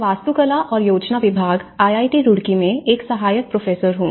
मैं वास्तुकला और योजना विभाग आईआईटी रुड़की में एक सहायक प्रोफेसर हूं